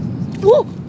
oh